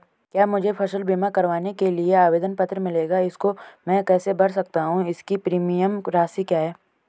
क्या मुझे फसल बीमा करवाने के लिए आवेदन पत्र मिलेगा इसको मैं कैसे भर सकता हूँ इसकी प्रीमियम राशि क्या है?